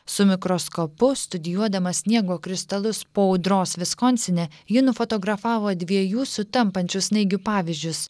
su mikroskopu studijuodama sniego kristalus po audros viskonsine ji nufotografavo dviejų sutampančių snaigių pavyzdžius